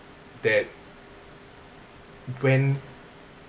that when